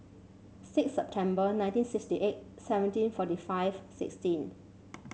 six September nineteen sixty eight seventeen forty five sixteen